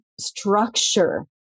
structure